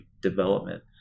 development